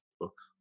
books